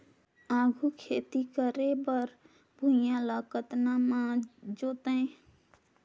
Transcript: आघु खेती करे बर भुइयां ल कतना म जोतेयं?